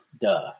duh